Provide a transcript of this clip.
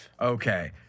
Okay